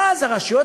בסדר.